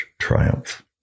triumph